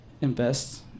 Invest